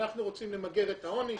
אנחנו רוצים למגר את העוני,